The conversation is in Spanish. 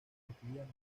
cotidiana